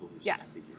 Yes